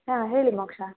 ಹಾಂ ಹೇಳಿ ಮೋಕ್ಷಾ